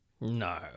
No